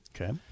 Okay